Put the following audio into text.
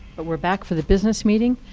but we're back for the business meeting.